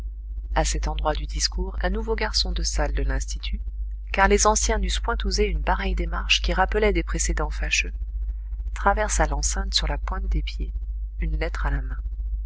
a cet endroit du discours un nouveau garçon de salle de linstitut car les anciens n'eussent point osé une pareille démarche qui rappelait des précédents fâcheux traversa l'enceinte sur la pointe des pieds une lettre à la main